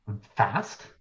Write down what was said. fast